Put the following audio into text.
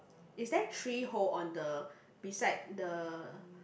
is there three hole on the beside the